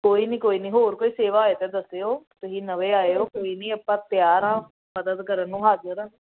ਕੋਈ ਨਹੀਂ ਕੋਈ ਨਹੀਂ ਹੋਰ ਕੋਈ ਸੇਵਾ ਹੋਏ ਤਾਂ ਦੱਸਿਓ ਤੁਸੀਂ ਨਵੇਂ ਆਏ ਹੋ ਕੋਈ ਨਹੀਂ ਆਪਾਂ ਤਿਆਰ ਹਾਂ ਮਦਦ ਕਰਨ ਨੂੰ ਹਾਜ਼ਰ ਹਾਂ